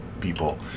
people